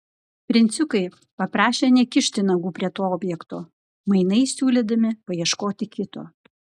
princiukai paprašė nekišti nagų prie to objekto mainais siūlydami paieškoti kito